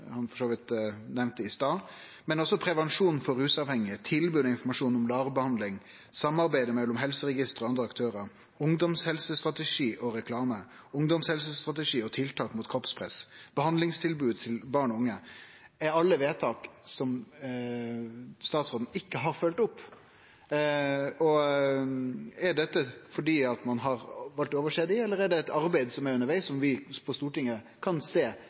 han for så vidt nemnde i stad, men også «prevensjon for rusavhengige», «tilbud og informasjon om LAR-behandling», «samarbeid mellom helseregisteret og andre aktører», «ungdomshelsestrategi og reklame», «ungdomshelsestrategi og tiltak mot kroppspress», og «behandlingstilbud til barn og unge» er alle vedtak som statsråden ikkje har følgt opp. Er dette fordi ein har valt å oversjå dei, eller er det eit arbeid som er undervegs, som vil kome til Stortinget